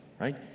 Right